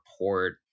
report